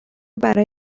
برای